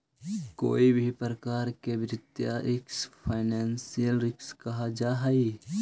कोई भी प्रकार के वित्तीय रिस्क फाइनेंशियल रिस्क कहल जा हई